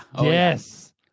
Yes